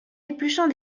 épluchant